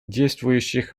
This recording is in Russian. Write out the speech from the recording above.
действующих